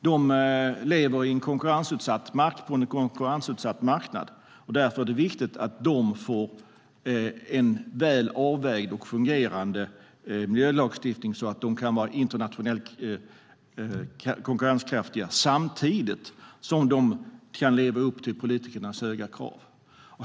De lever på en konkurrensutsatt marknad, och därför är det viktigt att de får en väl avvägd och fungerande miljölagstiftning så att de kan vara internationellt konkurrenskraftiga samtidigt som de kan leva upp till politikernas höga krav.